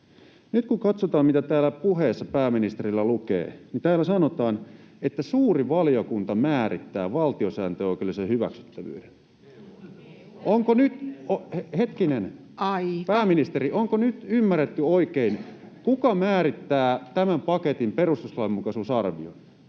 Nyt kun katsotaan, mitä täällä puheessa pääministerillä lukee, niin täällä sanotaan, että suuri valiokunta määrittää valtiosääntöoikeudellisen hyväksyttävyyden. [Puhemies: Aika!] Hetkinen, pääministeri, onko nyt ymmärretty oikein, kuka määrittää tämän paketin perustuslainmukaisuusarvion?